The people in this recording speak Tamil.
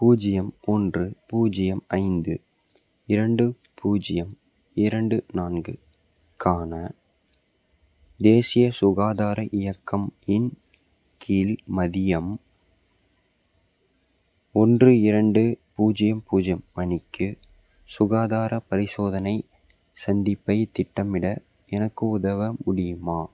பூஜ்ஜியம் ஒன்று பூஜ்ஜியம் ஐந்து இரண்டு பூஜ்ஜியம் இரண்டு நான்குக்கான தேசிய சுகாதார இயக்கம் இன் கீழ் மதியம் ஒன்று இரண்டு பூஜ்ஜியம் பூஜ்ஜியம் மணிக்கு சுகாதாரப் பரிசோதனை சந்திப்பைத் திட்டமிட எனக்கு உதவ முடியுமா